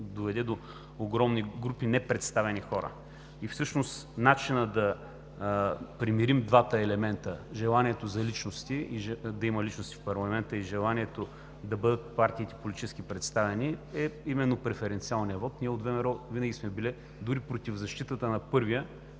доведе до огромни групи непредставени хора. Всъщност начинът да примирим двата елемента – желанието да има личности в парламента и желанието партиите да бъдат политически представени, е именно преференциалният вот. Ние от ВМРО винаги сме били дори против защитата на първия,